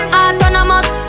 autonomous